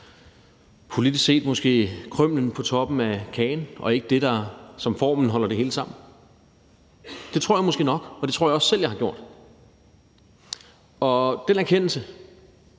politisk set måske er krymlet på toppen af kagen og ikke det, der som formen holder det hele sammen? Det tror jeg måske nok, og det tror jeg også selv jeg har gjort. I lyset